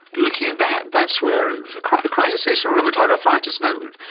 looking at that, that's where the crisis crisis is. so rheumatoid arthritis now,